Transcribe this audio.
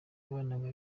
yabanaga